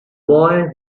boy